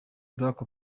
barack